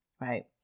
right